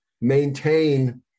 maintain